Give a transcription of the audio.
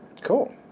Cool